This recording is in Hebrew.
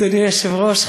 אדוני היושב-ראש,